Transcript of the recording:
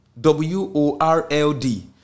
W-O-R-L-D